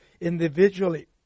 individually